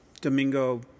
Domingo